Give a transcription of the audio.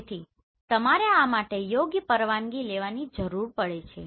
તેથી તમારે આ માટે યોગ્ય પરવાનગી લેવાની જરૂર પડે છે